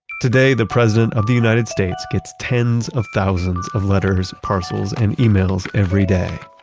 today, the president of the united states gets tens of thousands of letters, parcels and emails every day.